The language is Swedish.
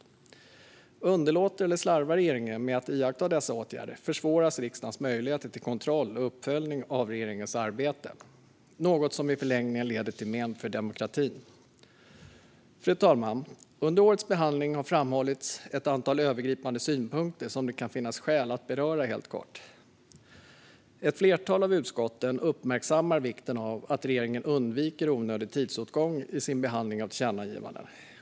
Om regeringen underlåter eller slarvar med att iaktta dessa åtgärder försvåras riksdagens möjligheter till kontroll och uppföljning av regeringens arbete, något som i förlängningen leder till men för demokratin. Fru talman! Under årets behandling har framhållits ett antal övergripande synpunkter som det kan finnas skäl att beröra helt kort. Ett flertal av utskotten uppmärksammar vikten av att regeringen undviker onödig tidsåtgång i sin behandling av tillkännagivanden.